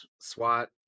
SWAT